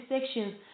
sections